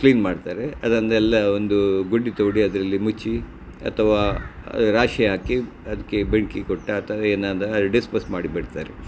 clean ಮಾಡ್ತಾರೆ ಅದನ್ನೆಲ್ಲ ಒಂದು ಗುಂಡಿ ತೋಡಿ ಅದರಲ್ಲಿ ಮುಚ್ಚಿ ಅಥವಾ ರಾಶಿ ಹಾಕಿ ಅದಕ್ಕೆ ಬೆಂಕಿ ಕೊಟ್ಟೋ ಅಥವಾ ಏನಾದರೂ ಡಿಸ್ಪೋಸ್ ಮಾಡಿಬಿಡ್ತಾರೆ